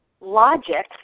logic